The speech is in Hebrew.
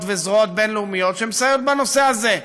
וזרועות בין-לאומיות שמסייעות בנושא הזה.